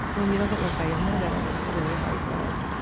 when you don't get love by your mother, it's a really hard road.